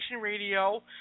radio